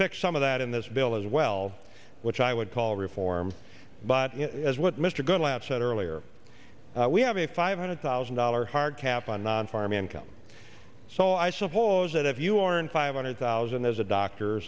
fixed some of that in this bill as well which i would call reform but as what mr goodlatte said earlier we have a five hundred thousand dollars hard cap on non farm income so i suppose that if you aren't five hundred thousand as a doctor